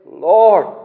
Lord